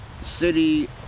city